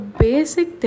basic